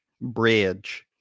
bridge